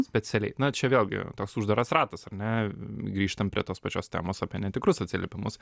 specialiai na čia vėlgi toks uždaras ratas ar ne grįžtam prie tos pačios temos apie netikrus atsiliepimus